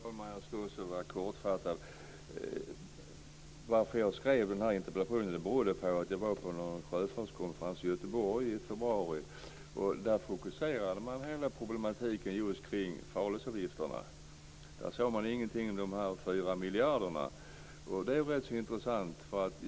Fru talman! Jag ska också vara kortfattad. Att jag skrev denna interpellation berodde på att jag var på en sjöfartskonferens i Göteborg i februari. Där fokuserade man hela problematiken just kring farledsavgifterna. Där sade man ingenting om de 4 miljarderna. Det är rätt intressant.